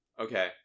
Okay